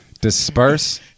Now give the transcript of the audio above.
Disperse